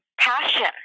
passion